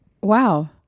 Wow